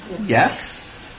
Yes